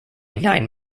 nine